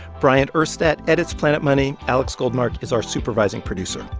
bryant urstadt edits planet money. alex goldmark is our supervising producer.